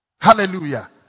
Hallelujah